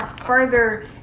further